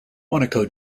monaco